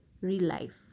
real-life